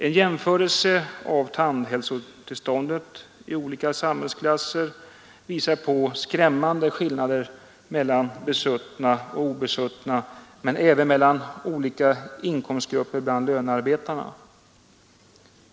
En jämförelse av tandhälsotillståndet i olika samhällsklasser visar på skrämmande skillnader mellan besuttna och obesuttna men även mellan olika inkomstgrupper bland lönearbetarna.